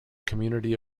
community